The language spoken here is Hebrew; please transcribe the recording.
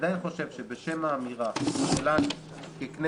אני עדיין חושב שבשם האמירה שלנו ככנסת